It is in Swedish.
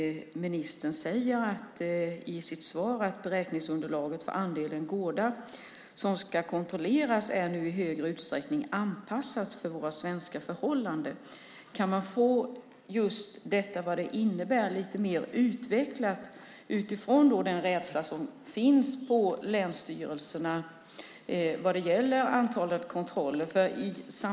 Ministern säger i sitt svar att beräkningsunderlaget för andelen gårdar som ska kontrolleras nu i större utsträckning är anpassat för våra svenska förhållanden. Kan jag, utifrån den rädsla som finns på länsstyrelserna vad gäller antalet kontroller, få lite mer utvecklat vad det innebär?